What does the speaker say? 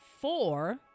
four